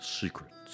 secrets